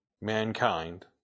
mankind